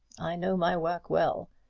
i know my work well.